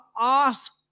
ask